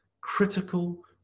critical